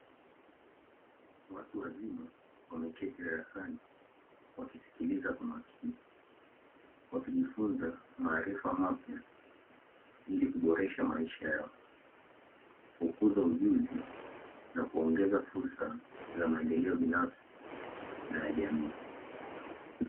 Watu wazima wamekaa darasani wakimsikiliza kwa makini wakijifunza maarifa mapya ya kuimalisha maisha yao, kukuza ujuzi na kuongeza fursa za maendeleo binafsi katika jamii.